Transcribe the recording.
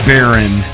Baron